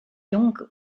donc